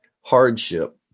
hardship